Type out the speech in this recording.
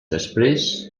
després